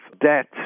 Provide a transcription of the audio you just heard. debt